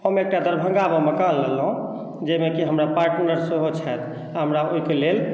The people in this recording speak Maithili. हम एकटा दरभंगामे मकान लेलहुँ जाहिमे कि हमरा पार्टनर सेहो छथि हमरा ओहिके लेल